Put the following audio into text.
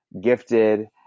gifted